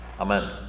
Amen